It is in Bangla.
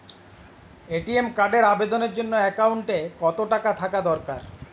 এ.টি.এম কার্ডের আবেদনের জন্য অ্যাকাউন্টে কতো টাকা থাকা দরকার?